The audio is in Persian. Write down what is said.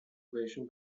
بهشون